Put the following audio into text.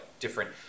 different